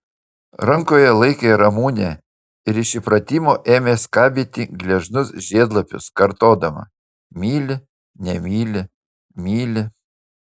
rankoje laikė ramunę ir iš įpratimo ėmė skabyti gležnus žiedlapius kartodama myli nemyli myli